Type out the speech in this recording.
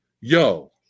yo